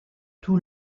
tout